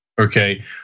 Okay